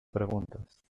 preguntas